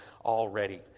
already